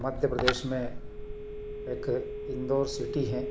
मध्य प्रदेश में एक इंदौर सिटी है